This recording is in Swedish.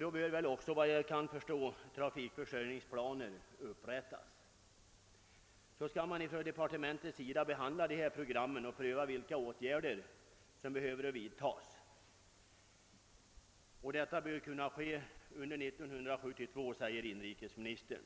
Då bör också, såvitt jag förstår, trafikförsörjningsplaner upprättas. Departementet skall sedan behandla programmen och pröva vilka åtgärder som behöver vidtas. Detta bör kunna ske under år 1972, säger inrikesministern.